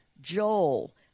Joel